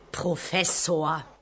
Professor